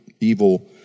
evil